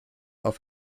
auf